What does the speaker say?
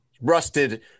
Rusted